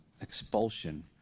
expulsion